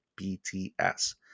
BTS